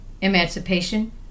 emancipation